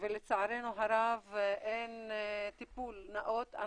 ולצערנו הרב אין טיפול נאות.